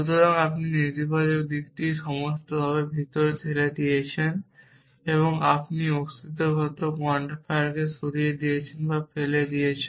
সুতরাং আপনি নেতিবাচক দিকটিকে সমস্তভাবে ভিতরে ঠেলে দিয়েছেন এবং আপনি অস্তিত্বগত কোয়ান্টিফায়ারগুলিকে সরিয়ে দিয়েছেন বা ফেলে দিয়েছেন